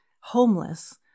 homeless